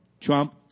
Trump